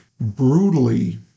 brutally